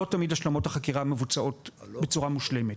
לא תמיד השלמות החקירה מבוצעות בצורה מושלמת.